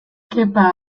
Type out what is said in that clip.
kepa